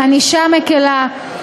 ענישה מקלה,